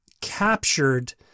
captured